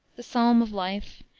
the psalm of life,